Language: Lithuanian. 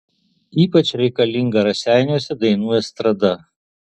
ypač reikalinga raseiniuose dainų estrada